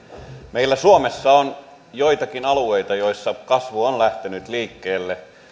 meillä suomessa on joitakin alueita joilla kasvu on lähtenyt liikkeelle